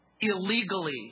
illegally